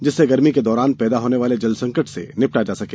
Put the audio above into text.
जिससे गर्मी के दौरान पैदा होने वाले जलसंकट से निपटा जा सके